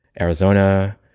Arizona